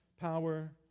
power